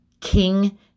King